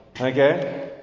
okay